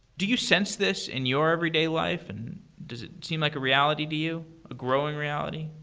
do you sense this in your everyday life? and does it seem like a reality to you, a growing reality?